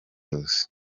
yose